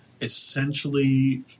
essentially